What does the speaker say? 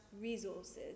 resources